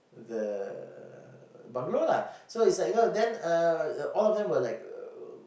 the bungalow lah so it's like you know then uh all of them were like uh